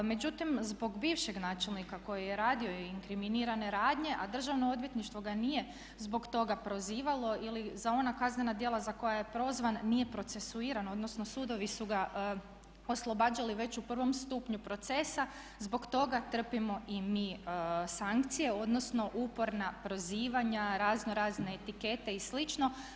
Međutim, zbog bivšeg načelnika koji je radio i inkriminirane radnje a državno odvjetništvo ga nije zbog toga prozivalo ili za ona kaznena djela za koja je prozvan nije procesuiran, odnosno sudovi su ga oslobađali već u prvom stupnju procesa zbog toga trpimo i mi sankcije odnosno uporna prozivanja, razno razne etikete i slično.